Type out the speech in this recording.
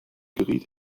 geriet